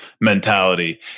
mentality